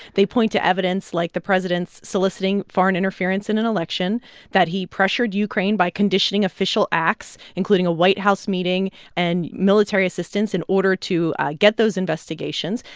they point to evidence like the president's soliciting foreign interference in an election that he pressured ukraine by conditioning official acts, including a white house meeting and military assistance in order to ah get those investigations,